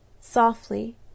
softly